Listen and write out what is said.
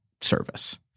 service